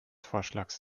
vorschlags